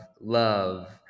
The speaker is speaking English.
love